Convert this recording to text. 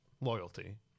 loyalty